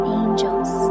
angels